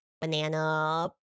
banana